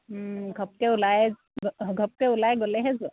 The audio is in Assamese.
ঘপকৈ ওলাই ঘপকৈ ওলাই গ'লেহে যোৱা